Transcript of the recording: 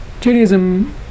Judaism